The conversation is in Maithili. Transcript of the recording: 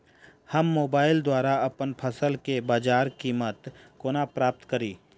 हम मोबाइल द्वारा अप्पन फसल केँ बजार कीमत कोना प्राप्त कड़ी?